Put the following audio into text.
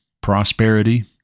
prosperity